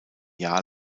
jahr